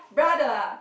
brother ah